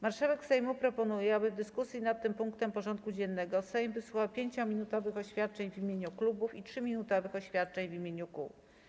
Marszałek Sejmu proponuje, aby w dyskusji nad tym punktem porządku dziennego Sejm wysłuchał 5-minutowch oświadczeń w imieniu klubów i 3-minutowych oświadczeń w imieniu kół.